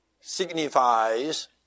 signifies